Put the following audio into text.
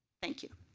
thank you.